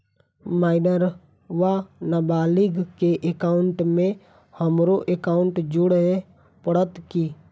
Minor वा नबालिग केँ एकाउंटमे हमरो एकाउन्ट जोड़य पड़त की?